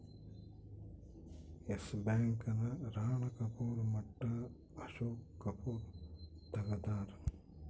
S Bank ನ ರಾಣ ಕಪೂರ್ ಮಟ್ಟ ಅಶೋಕ್ ಕಪೂರ್ ತೆಗ್ದಾರ